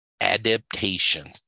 Adaptation